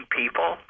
people